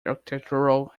architectural